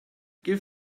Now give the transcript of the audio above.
give